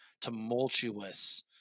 tumultuous